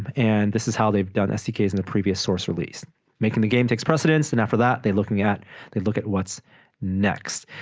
and this is how they've done sdks in the previous source release making the game takes precedence and after that they looking at they look at what's next